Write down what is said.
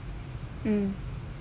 mm